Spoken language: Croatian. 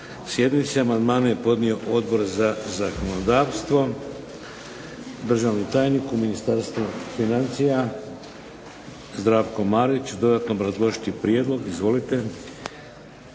sjednici. Amandmane je podnio Odbor za zakonodavstvo. Državni tajnik u Ministarstvu financija Zdravko Marić, će dodatno obrazložiti prijedlog. **Marić,